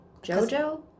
JoJo